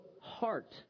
heart